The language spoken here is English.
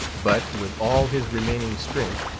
but with all his remaining strength,